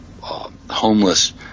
homeless